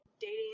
dating